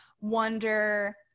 wonder